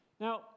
Now